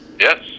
Yes